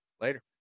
Later